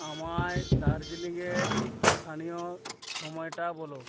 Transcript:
আমায় দার্জিলিংয়ের স্থানীয় সময়টা বলো